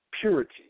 Purity